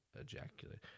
ejaculate